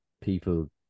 people